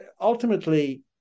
ultimately